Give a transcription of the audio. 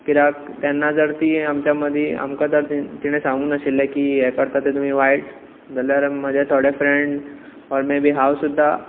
कित्याक तेन्ना जर ती आमच्या मदी आमकां जर तिणें सांगूक नाशिल्ले हे करता ते तुमी वायट जाल्यार म्हजे थोडे फ्रेंड्स ऑर मे बी हांव सुद्दां